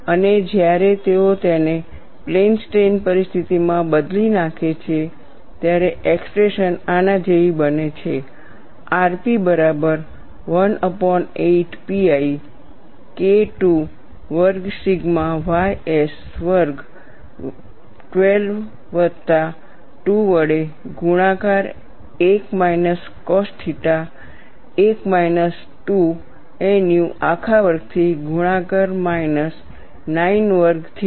અને જ્યારે તેઓ તેને પ્લેન સ્ટ્રેઈન પરિસ્થિતિમાં બદલી નાખે છે ત્યારે એક્સપ્રેશન આના જેવી બને છે rp બરાબર 18 pi KII વર્ગ સિગ્મા ys વર્ગ 12 વત્તા 2 વડે ગુણાકાર 1 minus cos theta 1 minus 2 nu આખા વર્ગથી ગુણાકાર માઈનસ 9 sin વર્ગ થીટા